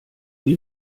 die